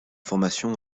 formation